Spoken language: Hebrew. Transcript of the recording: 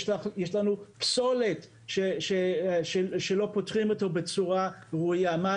יש לנו פסולת שלא פותחים אותה בצורה ראויה.